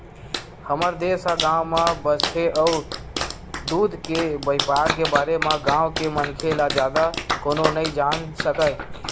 हमर देस ह गाँव म बसथे अउ दूद के बइपार के बारे म गाँव के मनखे ले जादा कोनो नइ जान सकय